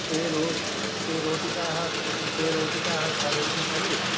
ते रो ते रोटिकाः ते रोटिकाः खादन्ति खलु